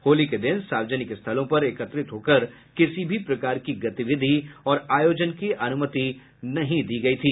होली के दिन सार्वजनिक स्थलों पर एकत्रित होकर किसी भी प्रकार की गतिविधि और आयोजन की अनुमति नहीं दी गई थी